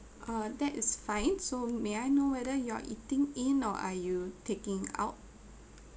uh that is fine so may I know whether you are eating in or are you taking out